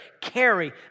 carry